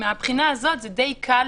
זה דבר אחד.